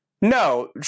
No